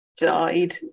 Died